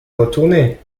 retourner